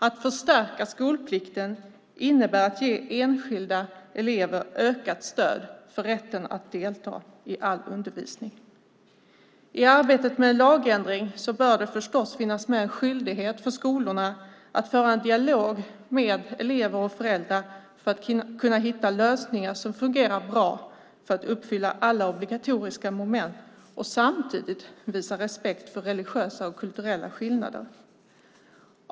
Att förstärka skolplikten innebär att ge enskilda elever ökat stöd för rätten att delta i all undervisning. I arbetet med en lagändring bör det förstås finnas med en skyldighet för skolorna att föra en dialog med elever och föräldrar för att kunna hitta lösningar som fungerar bra, för att uppfylla alla obligatoriska moment och samtidigt visa respekt för religiösa och kulturella skillnader.